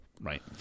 right